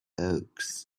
oaks